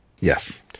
Yes